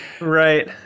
Right